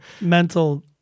mental